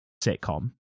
sitcom